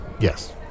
Yes